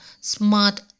smart